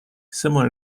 similar